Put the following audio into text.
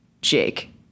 Jake